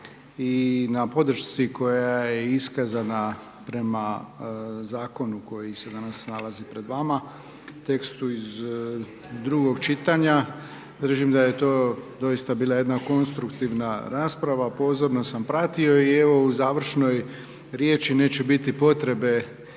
i na podršci koja je iskazana prema zakonu koji se danas nalazi pred vama, tekstu iz drugog čitanja. Držim da je to doista bila jedna konstruktivna rasprava, pozorno sam pratio i evo u završnoj riječi neće biti potrebe